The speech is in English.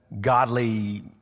godly